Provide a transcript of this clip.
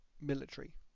military